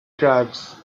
tribes